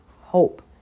Hope